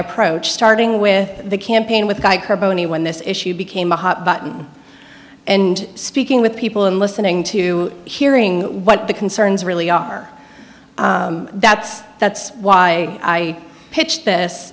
approach starting with the campaign with her bony when this issue became a hot button and speaking with people and listening to hearing what the concerns really are that's that's why i pitched this